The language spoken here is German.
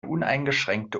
uneingeschränkte